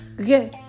Okay